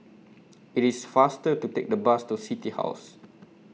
IT IS faster to Take The Bus to City House